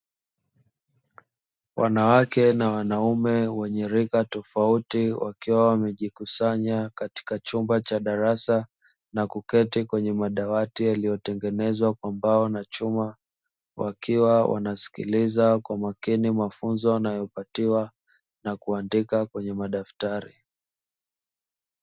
Wanawake na wanaume wenye rika tofauti wakiwa wamejikusanya katika chumba cha darasa na kuketi kwenye madawati yaliyotengenezwa kwa mbao na chuma, wakiwa wanasikiliza kwa makini mafunzo wanayopatiwa na kuandika kwenye madaftari.